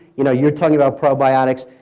you know, you're talking about probiotics.